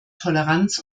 toleranz